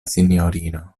sinjorino